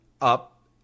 up